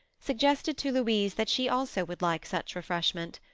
suggested to louise that she also would like such refreshment.